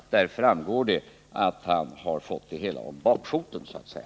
Där framgår det att han har fått det hela om bakfoten så att säga.